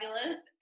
fabulous